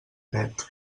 pet